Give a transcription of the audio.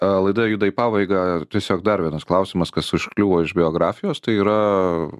a laida juda į pabaigą tiesiog dar vienas klausimas kas užkliūvo už biografijos tai yra